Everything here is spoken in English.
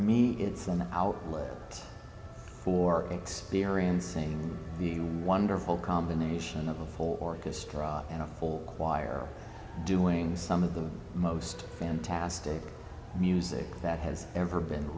me it's an outlet for experiencing the wonderful combination of a full orchestra and a full choir doing some of the most fantastic music that has ever been